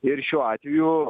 ir šiuo atveju